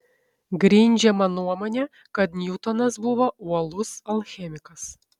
grindžiama nuomone kad niutonas buvo uolus alchemikas